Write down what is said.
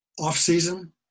off-season